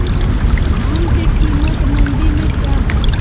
धान के कीमत मंडी में क्या है?